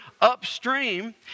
upstream